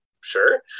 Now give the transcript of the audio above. sure